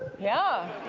yeah.